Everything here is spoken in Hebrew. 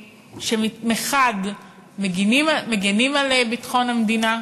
שמחד מגינים על ביטחון המדינה,